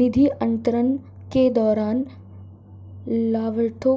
निधि अंतरण के दौरान लाभार्थी